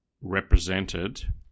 represented